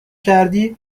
کردی